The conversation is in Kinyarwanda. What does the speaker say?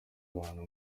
abantu